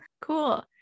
Cool